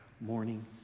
morning